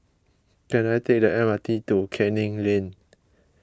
can I take the M R T to Canning Lane